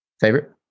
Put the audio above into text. Favorite